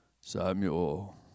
Samuel